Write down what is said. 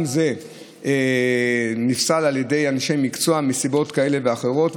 גם זה נפסל על ידי אנשי מקצוע מסיבות כאלה ואחרות.